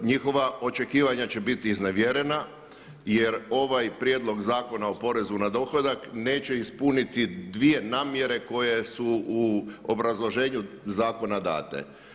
Njihova očekivanja će biti iznevjerena jer ovaj prijedlog zakona o porezu na dohodak neće ispuniti dvije namjere koje su u obrazloženju zakona date.